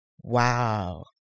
wow